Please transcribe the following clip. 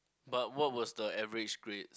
but what was the average grade